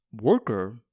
worker